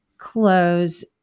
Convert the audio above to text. close